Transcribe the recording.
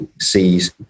sees